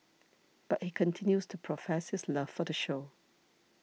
but he continues to profess his love for the show